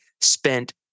spent